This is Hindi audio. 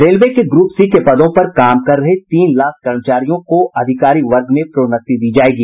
रेलवे के ग्रूप सी के पदों पर काम कर रहे तीन लाख कर्मचारियों को अधिकारी वर्ग में प्रोन्नति दी जायेगी